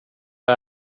jag